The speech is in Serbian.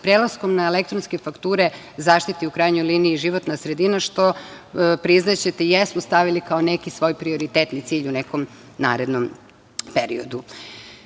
prelaskom na elektronske fakture zaštiti u krajnjoj liniji životna sredina, što, priznaćete, jesmo stavili kao neki svoj prioritetni cilj u nekom narednom periodu. Zakon